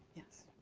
yes. oh,